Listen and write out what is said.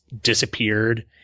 disappeared